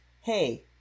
hey